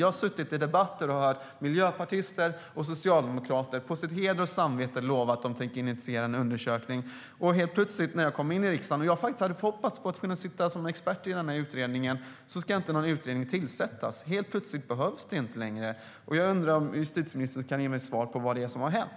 Jag har suttit i debatter och hört miljöpartister och socialdemokrater på heder och samvete lova att de ska initiera en utredning. Jag hade faktiskt hoppats på att få sitta som expert i utredningen, men helt plötsligt när jag kom in i riksdagen skulle ingen utredning tillsättas. Helt plötsligt behövs den inte längre, och jag undrar om justitieministern kan ge mig ett svar på frågan vad det är som har hänt.